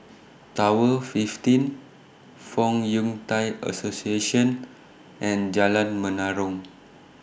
Tower fifteen Fong Yun Thai Association and Jalan Menarong